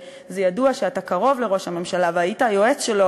שידוע שאתה קרוב לראש הממשלה והיית היועץ שלו,